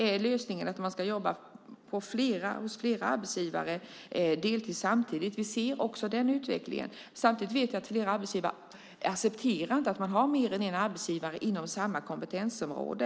Är lösningen att man ska jobba deltid hos flera arbetsgivare samtidigt? Vi ser ju en sådan utveckling. Samtidigt vet vi att många arbetsgivare inte accepterar att man har mer än en arbetsgivare inom samma kompetensområde.